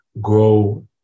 grow